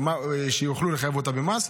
שיוכלו לחייב אותה במס,